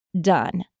done